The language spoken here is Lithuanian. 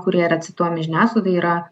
kurie yra cituojami žiniasklaidoj yra